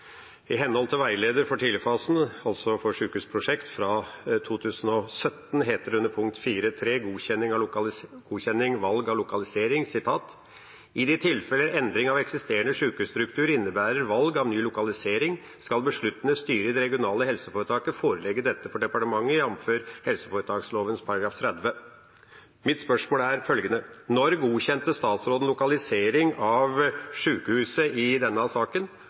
I henhold til veilederen for tidligfasen for sykehusprosjekter fra 2017 heter det under punkt 4.3, Godkjenne valg av lokalisering: «I de tilfeller endring av eksisterende sykehusstruktur innebærer valg av ny lokalisering, skal besluttende styre i det regionale helseforetaket forelegge dette for departementet Mitt spørsmål er følgende: Når godkjente statsråden lokalisering av sykehuset i denne saken,